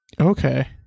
Okay